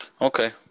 okay